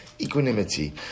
Equanimity